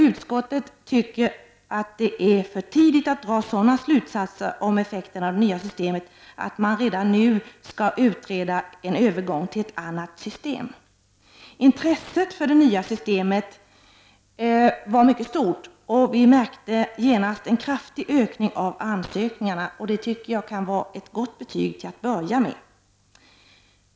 Utskottet anser det vara för tidigt att dra sådana slutsatser om effekterna av det nya systemet att man redan nu bestämmer sig för att utreda en övergång till ett annat system. Intresset för det nya systemet var mycket stort, och vi märkte genast en kraftig ökning av antalet ansökningar. Det tycker jag kan vara ett gott betyg till att börja med.